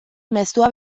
mezua